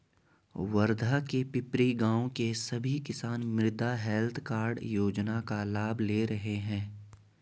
वर्धा के पिपरी गाँव के सभी किसान मृदा हैल्थ कार्ड योजना का लाभ ले रहे हैं